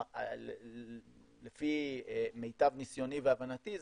לפי מיטב ניסיוני והבנתי,